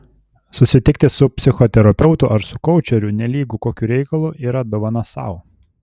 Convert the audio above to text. susitikti su psichoterapeutu ar su koučeriu nelygu kokiu reikalu yra dovana sau